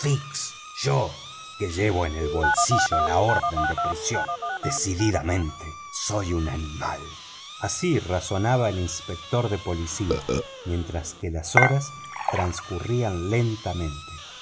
yo que llevo en el bolsillo la orden de prisión decididamente soy un animal así razonaba el inspector de policía mientras que las horas transcurrían lentamente